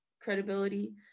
credibility